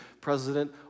President